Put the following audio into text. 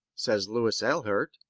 says louis ehlert.